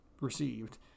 received